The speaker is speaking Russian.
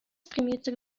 стремится